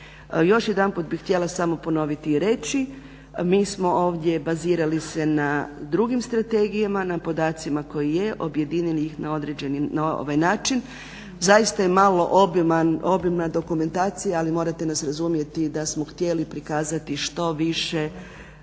Još jedanput bih htjela samo ponoviti i reći, mi smo ovdje bazirali se na drugim strategijama, na podacima koji je, objedinili ih na određeni način. Zaista je malo obimna dokumentacija, ali morate nas razumjeti da smo htjeli prikazati što više